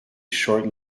short